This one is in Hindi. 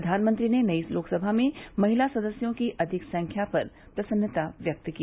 प्रधानमंत्री ने नई लोकसभा में महिला सदस्यों की अधिक संख्या पर प्रसन्नता व्यक्त की